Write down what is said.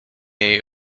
jej